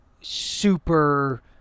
super